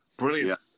Brilliant